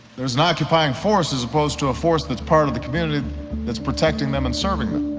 there is an occupying force, as opposed to a force that's part of the community that's protecting them and serving them.